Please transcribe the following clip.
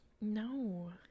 No